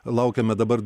laukiame dabar